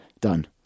Done